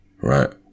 right